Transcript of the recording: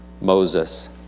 Moses